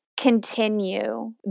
continue